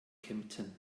kempten